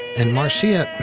and marcia,